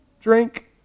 drink